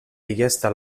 richiesta